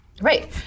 right